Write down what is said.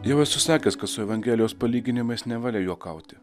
jau esu sakęs kad su evangelijos palyginimais nevalia juokauti